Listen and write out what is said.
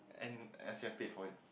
and S_A_F paid for it